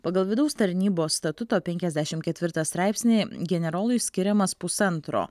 pagal vidaus tarnybos statuto penkiasdešim ketvirtą straipsnį generolui skiriamas pusantro